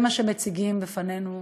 זה מה שמציגים לפנינו